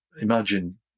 imagine